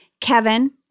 Kevin